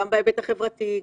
גם בהיבט החברתי,